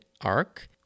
arc